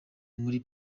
muri